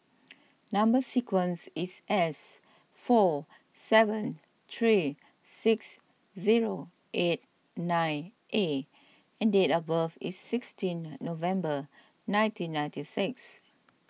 Number Sequence is S four seven three six zero eight nine A and date of birth is sixteenth November nineteen ninety six